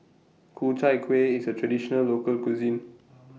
Ku Chai Kuih IS A Traditional Local Cuisine